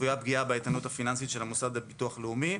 וצפויה פגיעה באיתנות הפיננסית של המוסד לביטוח לאומי.